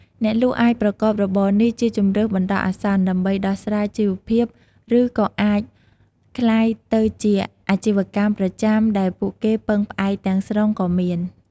អ្នកលក់អាចប្រកបរបរនេះជាជម្រើសបណ្ដោះអាសន្ន ដើម្បីដោះស្រាយជីវភាព ឬក៏អាចក្លាយទៅជាអាជីវកម្មប្រចាំដែលពួកគេពឹងផ្អែកទាំងស្រុងក៏មាន។